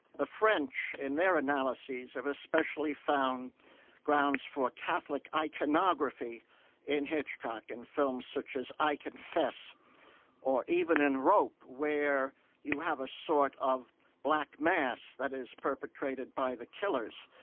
the french in their analyses of a specially found grounds for catholic iconography in hitchcock, in and films such as i confess or even in ropewhere you have a sort of black mass that is perpetrated by the killers.